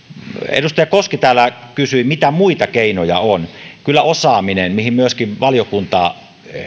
edustaja koski täällä kysyi mitä muita keinoja on kyllä osaaminen mihin myöskin valiokunta